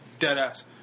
Deadass